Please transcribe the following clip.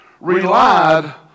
relied